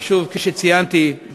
כפי שציינתי,